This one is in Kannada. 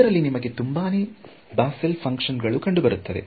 ಅದರಲ್ಲಿ ನಿಮಗೆ ತುಂಬಾನೇ ಬಾಸೆಲ್ ಫಂಕ್ಷನ್ ಗಳು ಕಂಡುಬರುತ್ತದೆ